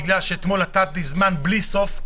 בגלל שאתמול נתתי זמן בלי סוף.